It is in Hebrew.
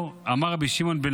"אמר רבי לוי לשמעון בן